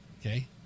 Okay